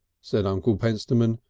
said uncle pentstemon,